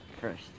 first